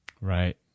Right